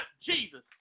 Jesus